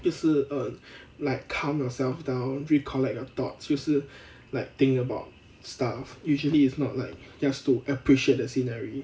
就是 err like calm yourself down recollect your thoughts 就是 like think about stuff usually it's not like just to appreciate the scenery